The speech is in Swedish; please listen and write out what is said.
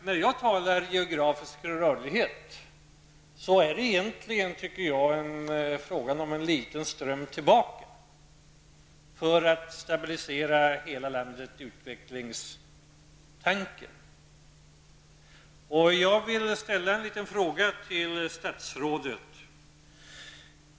När jag talar om geografisk rörlighet menar jag att det bara behövs en liten ström tillbaka för att stabilisera utvecklingen i hela landet. Jag vill ställa en fråga till statsrådet.